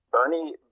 Bernie